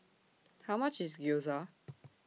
How much IS Gyoza